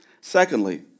Secondly